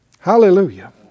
Hallelujah